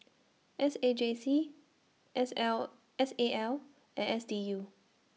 S A J C S L S A L and S D U